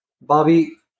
Bobby